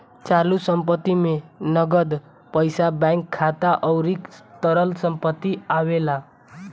चालू संपत्ति में नगद पईसा बैंक खाता अउरी तरल संपत्ति आवेला